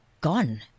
gone